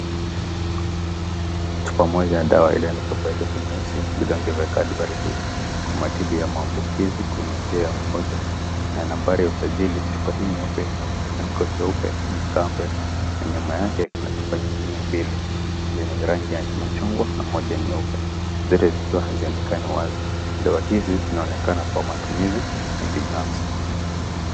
Chupa moja ya dawa iliandikwa kwa herufi nyeusi. We don't give a card very big kwa matibabu ya maambukizi kwenye njia ya mkojo na nambari ya usajili. Chupa hii nyeupe yenye mkifuniko cheupe imekaa mbele na nyuma yake kuna chupa nyingine mbili zenye rangi ya machungwa na moja nyeupe. Zote zikiwa hazionekani wazi. Dawa hizi zinaonekana kwa matumizi ya kimnafsi.